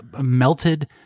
melted